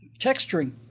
texturing